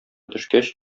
төшкәч